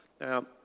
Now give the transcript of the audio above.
Now